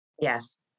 Yes